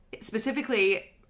specifically